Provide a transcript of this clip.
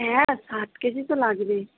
হ্যাঁ ষাট কেজি তো লাগবেই